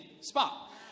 spot